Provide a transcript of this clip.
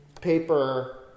paper